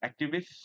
Activists